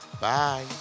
Bye